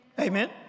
Amen